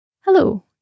Hello